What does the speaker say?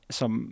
som